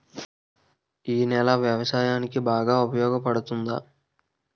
ఈ నేల వ్యవసాయానికి బాగా ఉపయోగపడుతుందా?